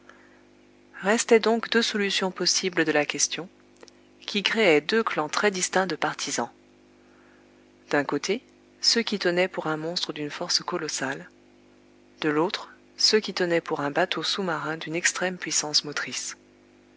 restaient donc deux solutions possibles de la question qui créaient deux clans très distincts de partisans d'un côté ceux qui tenaient pour un monstre d'une force colossale de l'autre ceux qui tenaient pour un bateau sous-marin d'une extrême puissance motrice